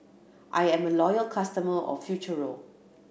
I'm a loyal customer of Futuro